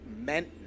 meant